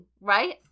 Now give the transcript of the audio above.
right